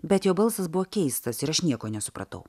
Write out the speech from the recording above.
bet jo balsas buvo keistas ir aš nieko nesupratau